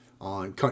on